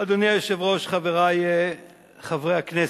אדוני היושב-ראש, חברי חברי הכנסת,